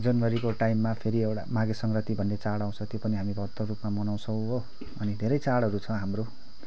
जनवरीको टाइममा फेरि एउटा माघे सङ्क्रान्ति भन्ने चाड आउँछ त्यो पनि हामी भव्य रूपमा मनाउँछौँ हो अनि धेरै चाडहरू छ हाम्रो